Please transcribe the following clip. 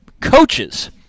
Coaches